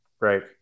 Right